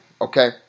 okay